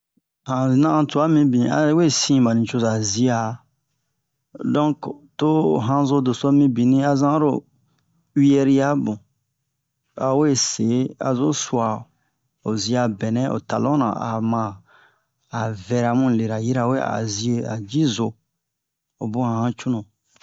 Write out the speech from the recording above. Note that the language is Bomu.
Han na'an twa mibin a yɛrɛ we sin bani coza zia donk to hanzo doso mibini a zan oro uwiyɛri yamu a'o we se a zo su'a o zia bɛnɛ o talon na a ma a vɛra mu lera yirawe a zie a ji zo o bun a han cunu